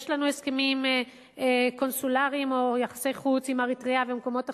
יש לנו הסכמים קונסולריים או יחסי חוץ עם אריתריאה ומקומות אחרים,